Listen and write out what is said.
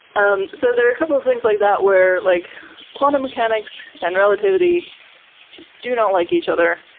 um so there are a couple things like that where like quantum mechanics and relatively just do not like each other.